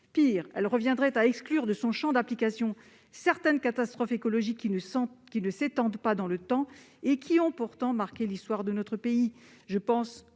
Pis, elle revient à exclure du champ d'application du texte des catastrophes écologiques qui ne s'étendent pas dans le temps, alors que certaines ont pourtant marqué l'histoire de notre pays.